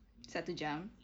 satu jam